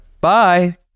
Bye